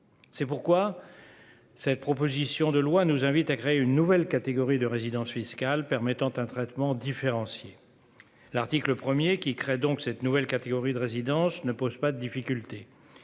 C'est pourquoi cette proposition de loi nous invite à créer une nouvelle catégorie de résidence fiscale, permettant un traitement différencié. L'article 1, qui crée cette nouvelle catégorie de résidence, ne pose pas de difficultés.